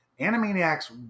Animaniacs